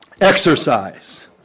exercise